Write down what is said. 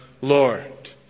Lord